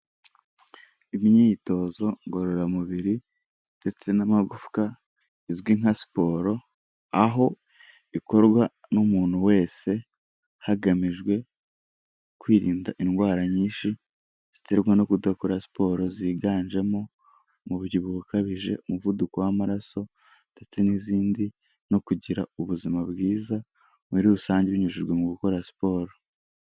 Imyitozo ngororamubiri ndetse n'amagufwa, izwi nka siporo, aho ikorwa n'umuntu wese hagamijwe kwirinda indwara nyinshi ziterwa no kudakora siporo ziganjemo, umubyibuhokabije, umuvuduko w'amaraso ndetse n'izindi, no kugira ubuzima bwiza muri rusange binyujijwe mu gukora siporo.